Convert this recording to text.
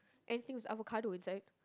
anything with avocado inside